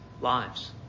lives